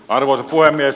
arvoisa puhemies